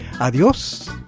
Adios